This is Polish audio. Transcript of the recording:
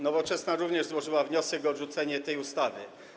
Nowoczesna również złożyła wniosek o odrzucenie tej ustawy.